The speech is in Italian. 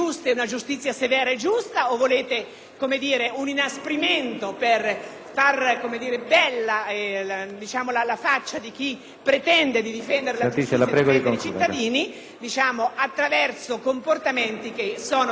tanto per far bella la faccia di chi pretende di difendere la giustizia e i cittadini attraverso comportamenti veramente offensivi e lesivi della dignità umana e dei diritti di ciascuno?